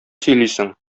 сөйлисең